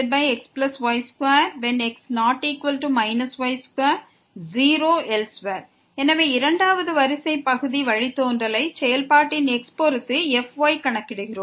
எனவே fy செயல்பாட்டின் இரண்டாவது வரிசை பகுதி வழித்தோன்றலை x பொறுத்து கணக்கிடுவோம்